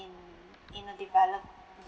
in in a developed